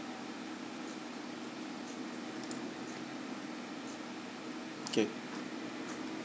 okay